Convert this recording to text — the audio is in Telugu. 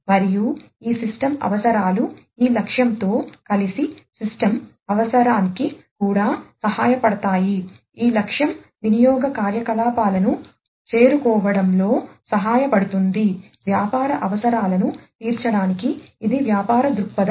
మరియు ఈ సిస్టమ్ అవసరాలు ఈ లక్ష్యంతో కలిసి సిస్టమ్ అవసరాన్నికి కూడా సహాయపడతాయి ఈ లక్ష్యం వినియోగ కార్యకలాపాలను చేరుకోవడంలో సహాయపడుతుంది వ్యాపార అవసరాలను తీర్చడానికి ఇది వ్యాపార దృక్పథం